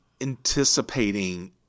anticipating